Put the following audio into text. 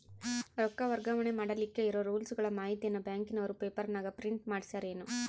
ರೊಕ್ಕ ವರ್ಗಾವಣೆ ಮಾಡಿಲಿಕ್ಕೆ ಇರೋ ರೂಲ್ಸುಗಳ ಮಾಹಿತಿಯನ್ನ ಬ್ಯಾಂಕಿನವರು ಪೇಪರನಾಗ ಪ್ರಿಂಟ್ ಮಾಡಿಸ್ಯಾರೇನು?